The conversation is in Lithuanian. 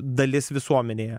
dalis visuomenėje